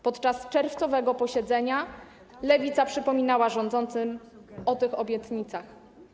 Podczas czerwcowego posiedzenia Lewica przypominała rządzącym o tych obietnicach.